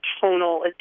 tonal